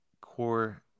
core